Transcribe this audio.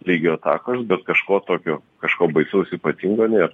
lygio atakos bet kažko tokio kažko baisaus ypatingo nėr